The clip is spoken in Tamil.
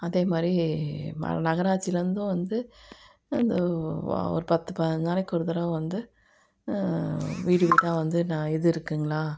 அதே மாதிரி ம நகராட்சிலேர்ந்தும் வந்து வந்து ஒரு பத்து பதினஞ்சு நாளைக்கி ஒரு தடவை வந்து வீடு வீடாக வந்து ந இது இருக்குதுங்களா